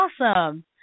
awesome